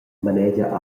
manegia